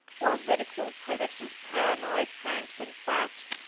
or ridiculed critics as paranoid cranks and quacks,